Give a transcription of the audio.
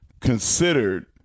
considered